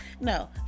no